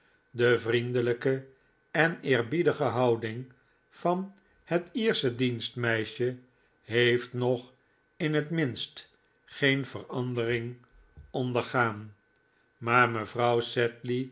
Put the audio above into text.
de vriendelijke en eerbiedige houding van het iersche dienstmeisje heeft nog in het minst geen verandering ondergaan maar mevrouw